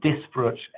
disparate